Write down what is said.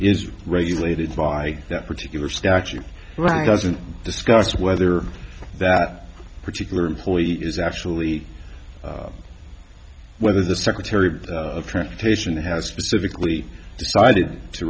is regulated by that particular statute right doesn't discuss whether that particular employee is actually whether the secretary of transportation has specifically decided to